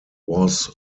was